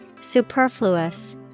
Superfluous